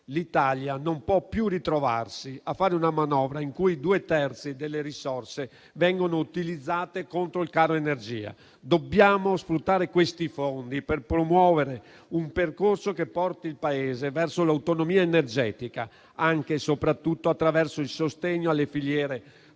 L'Italia non può più ritrovarsi a fare una manovra in cui due terzi delle risorse vengono utilizzate contro il caro energia. Dobbiamo sfruttare questi fondi per promuovere un percorso che porti il Paese verso l'autonomia energetica, anche e soprattutto attraverso il sostegno alle filiere produttive